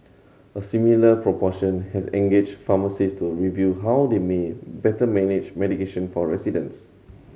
a similar proportion has engaged pharmacist to review how they may better manage medication for residents